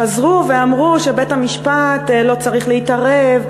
חזרו ואמרו שבית-המשפט לא צריך להתערב,